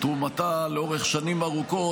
לתרומתה לאורך שנים ארוכות,